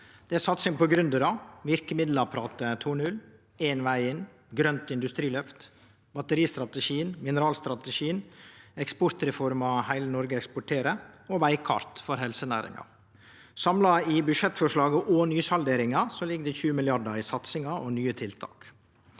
Det er satsing på gründerar, «Virkemiddelapparatet 2.0: Én vei inn», grønt industriløft, batteristrategien, mineralstrategien, eksportreforma «Hele Norge eksporterer» og «Veikart Helsenæringen». Samla i budsjettforslaget og nysalderinga ligg det 20 mrd. kr i satsingar og nye tiltak.